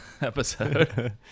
episode